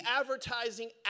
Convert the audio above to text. advertising